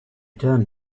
turned